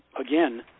again